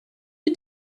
you